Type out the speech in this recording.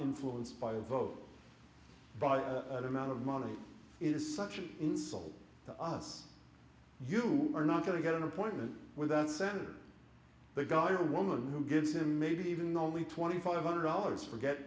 influenced by a vote by the amount of money it is such an insult to us you are not going to get an appointment with that senator the guy or woman who gives him maybe even only twenty five hundred dollars forget